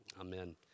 amen